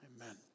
amen